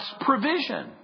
provision